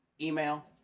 email